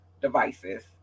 devices